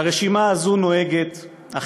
שהרשימה הזאת נוהגת בה,